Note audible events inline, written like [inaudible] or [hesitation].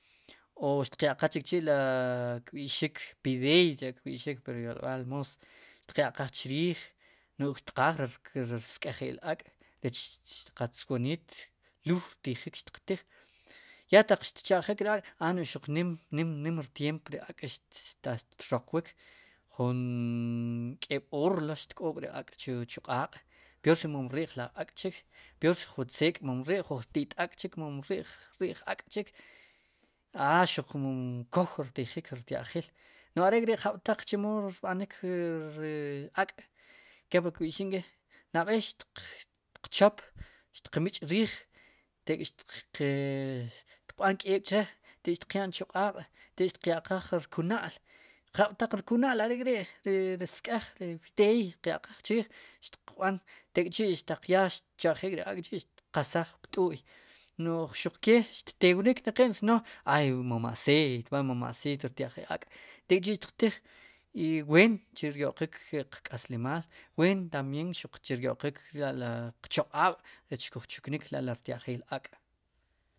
Oxtiq yaqaj chichi' la [hesitation] kb'i'xik pideey cha'kb'i'xik por yolb'al moos xtiq ya'qaaj chriij no'j xtqaaj ri rsk'ejik ak' rech qatz wooniit luuj xtijik xtiq tiij ya taq xtcheq'jik ri ak' a no'j xuq nim, nim [hesitation] rtyeemp ri ak' taq xtroqwiik jun keeb'oor lo xtk'amb'ik xtk 'oob' ri ak' chu q'aaq' peor si mon ri'j laj ak'chik peor si ju tzeek mon ri'j ti'tak' chik mom ri'j ak'chik a xuq mom kow rtijik rtya'jil no'j are'k'ri jab'taq chemo rb'anik ri ak' kepli kb'i'xik nk'i nab'ey xtiq choop xtiq mich'riij tekp xtiq b'an k'eeb'chre' tek'xtiq ya'n chuq'aaq' tek'xtiq ya'qaaj rkun'al jab'taq rku'nal are'k'ri' ri sk'ej ri pteey xtiq ya'qaaj chriij xtiq b'an tek'chi' taq yaa xtch'eq'jik ri ak' chi' xtiqesaj pt'u'y no'j xuq kee xttew rik ne qi'n sino hay mon aceite rtya'jik ak' tek'chi' xtiq tiij i ween chu ryo'qik qk'aslimaal ween tamb'ien chu ryo'qxikla li qchaqaab' rech xkuj chuknik la'ri rtya'jil ak'.